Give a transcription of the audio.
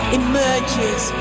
emerges